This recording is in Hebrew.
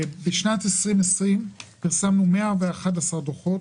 בשנת 2020 פרסמנו 111 דוחות,